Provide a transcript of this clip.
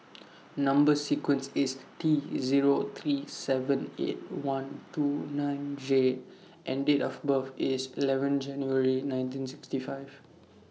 Number sequence IS T Zero three seven eight one two nine J and Date of birth IS eleven January nineteen sixty five